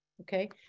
okay